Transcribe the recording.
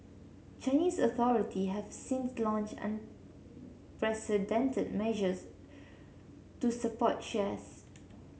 Chinese authority have since launched unprecedented measures to support shares